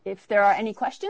if there are any question